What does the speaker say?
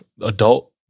adult